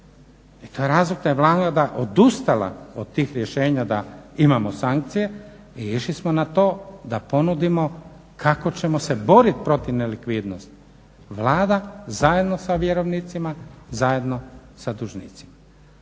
I to je razlog da je Vlada odustala od tih rješenja da imamo sankcije i išli smo na to da ponudimo kako ćemo se boriti protiv nelikvidnosti. Vlada zajedno sa vjerovnicima, zajedno sa dužnicima.